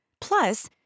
Plus